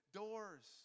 doors